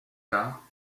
tard